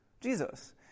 Jesus